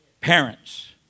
Parents